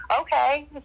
okay